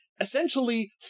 essentially